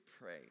pray